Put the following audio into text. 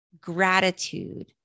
gratitude